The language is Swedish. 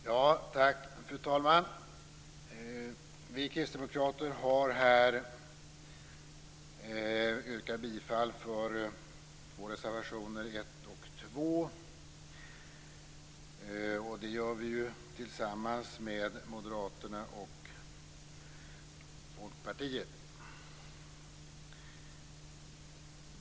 Fru talman! Vi kristdemokrater yrkar bifall till två reservationer, reservationerna 1 och 2, och det gör vi tillsammans med Moderaterna och Folkpartiet.